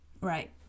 right